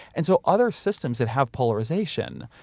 and so, other systems that have polarization,